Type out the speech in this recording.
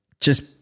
just-